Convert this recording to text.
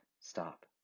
stop